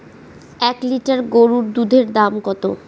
এক লিটার গরুর দুধের দাম কত?